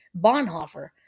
Bonhoeffer